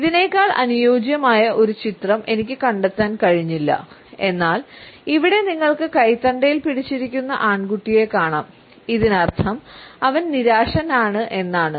ഇതിനേക്കാൾ അനുയോജ്യമായ ഒരു ചിത്രം എനിക്ക് കണ്ടെത്താൻ കഴിഞ്ഞില്ല എന്നാൽ ഇവിടെ നിങ്ങൾക്ക് കൈത്തണ്ടയിൽ പിടിച്ചിരിക്കുന്ന ആൺകുട്ടിയെ കാണാം അതിനർത്ഥം അവൻ നിരാശനാണ് എന്നാണ്